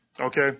okay